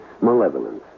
malevolence